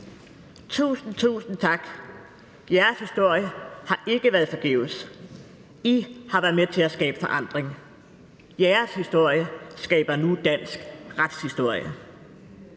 Tusind, tusind tak! Jeres historie har ikke været forgæves. I har været med til at skabe forandring. Jeres historie skaber nu dansk retshistorie.